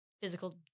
physical